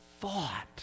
thought